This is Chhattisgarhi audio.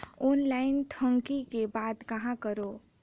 ऑनलाइन ठगी के बाद कहां करों?